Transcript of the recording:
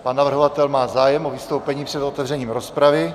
Pan navrhovatel má zájem o vystoupení před otevřením rozpravy.